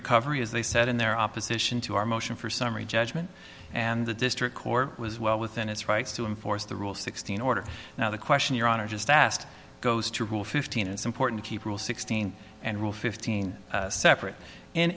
recovery as they said in their opposition to our motion for summary judgment and the district court was well within its rights to enforce the rule sixteen order now the question your honor just asked goes to rule fifteen is important keep rule sixteen and rule fifteen separate